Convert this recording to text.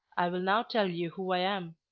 i will now tell you who i am,